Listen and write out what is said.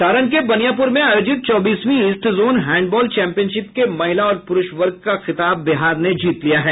सारण के बनियापुर में आयोजित चौबीसवीं east zone handball championship के महिला और पुरूष वर्ग का खिताब बिहार ने जीत लिया है